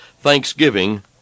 thanksgiving